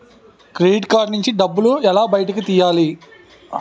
Credit card నుంచి డబ్బు బయటకు ఎలా తెయ్యలి?